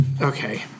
Okay